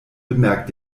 bemerkt